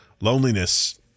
loneliness